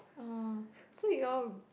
oh so you all